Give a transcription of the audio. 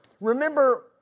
remember